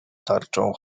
tarczą